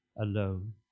alone